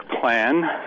plan